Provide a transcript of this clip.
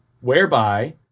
whereby